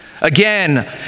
Again